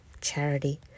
charity